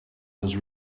was